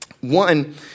One